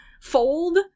fold